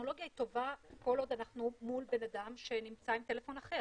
הטכנולוגיה היא טובה כל עוד אנחנו מול בן אדם שנמצא עם טלפון אחר.